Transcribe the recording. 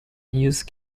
use